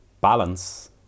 Balance